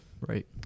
right